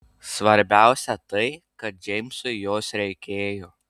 svarbiausia tai kad džeimsui jos reikėjo